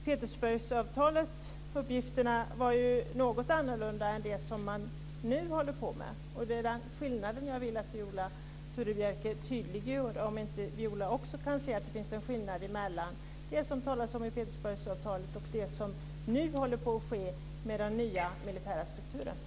Petersbergsuppgifterna var ju något annorlunda än det som man nu håller på med. Det är den skillnaden som jag vill att Viola Furubjelke tydliggör. Kan inte Viola Furubjelke också se att det finns en skillnad mellan det som det talades om i Petersbergsuppgifterna och det som nu håller på att ske med den nya militära strukturen?